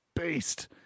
beast